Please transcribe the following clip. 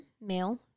male